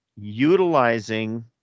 utilizing